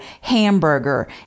hamburger